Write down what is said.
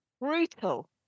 brutal